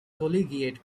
collegiate